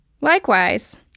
Likewise